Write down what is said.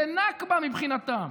זה נכבה מבחינתם,